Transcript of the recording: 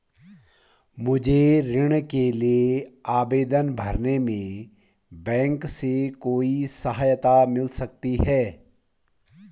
मुझे ऋण के लिए आवेदन भरने में बैंक से कोई सहायता मिल सकती है?